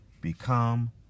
Become